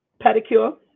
pedicure